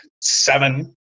seven